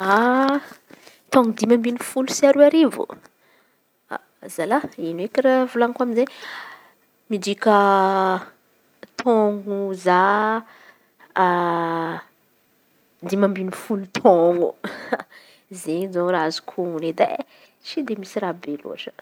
Taôn̈o dimy ambiny folo sy aroa arivo. Zalahy ino eky raha volan̈iko amizay, midika taôn̈o za dimy amby folo taôn̈o zao raha azoko on̈o edy e tsy misy raha be loatra.